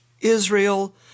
Israel